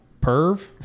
perv